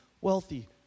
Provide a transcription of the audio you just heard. wealthy